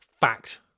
fact